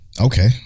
Okay